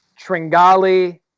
Tringali